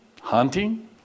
hunting